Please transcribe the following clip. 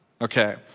Okay